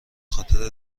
خاطر